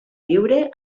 viure